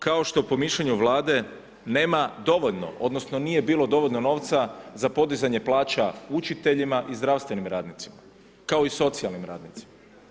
Kao što po mišljenju Vlade, nema dovoljno, odnosno nije bilo dovoljno novca za podizanje plaća učiteljima i zdravstvenim radnicima, kao i socijalnim radnicima.